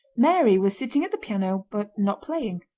mary was sitting at the piano but not playing.